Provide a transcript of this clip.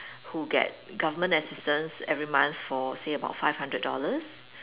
who get government assistance every month for say about five hundred dollars